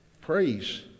praise